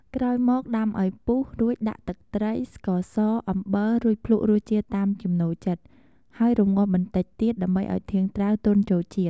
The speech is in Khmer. ក្រោយមក ដាំឱ្យពុះ រួចដាក់ទឹកត្រី ស្ករស អំបិល រួចភ្លក្សរសជាតិតាមចំណូលចិត្ត ហើយរម្ងាស់បន្តិចទៀត ដើម្បីឱ្យធាងត្រាវទន់ចូលជាតិ។